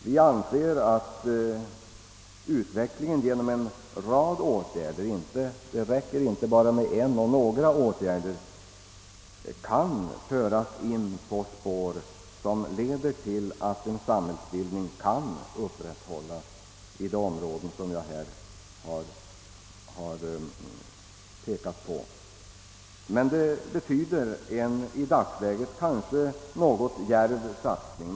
Vi anser att man genom en rad åtgärder — det räcker inte med bara en eller några få åtgärder — kan föra in utvecklingen på spår som leder till att en samhällsbildning kan upprätthållas i de områden som jag här har pekat på. Men det betyder en i dagsläget kanske något djärv satsning.